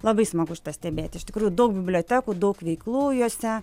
labai smagu stebėti iš tikrųjų daug bibliotekų daug veiklų jose